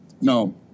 No